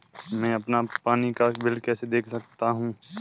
मैं अपना पानी का बिल कैसे देख सकता हूँ?